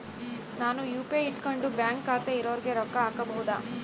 ನಾನು ಯು.ಪಿ.ಐ ಇಟ್ಕೊಂಡು ಬ್ಯಾಂಕ್ ಖಾತೆ ಇರೊರಿಗೆ ರೊಕ್ಕ ಹಾಕಬಹುದಾ?